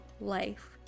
life